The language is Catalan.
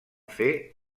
fer